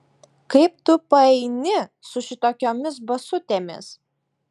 kaip tu paeini su šitokiomis basutėmis